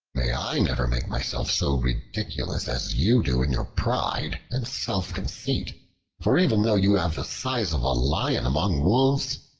may i never make myself so ridiculous as you do in your pride and self-conceit for even though you have the size of a lion among wolves,